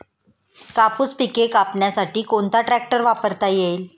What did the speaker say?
कापूस पिके कापण्यासाठी कोणता ट्रॅक्टर वापरता येईल?